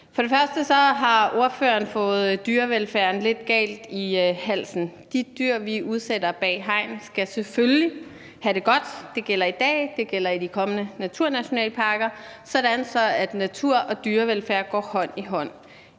For det første har spørgeren fået dyrevelfærden lidt galt i halsen. De dyr, vi udsætter bag hegn, skal selvfølgelig have det godt – det gælder i dag, det gælder i de kommende nationalparker – sådan at natur og dyrevelfærd går hånd i hånd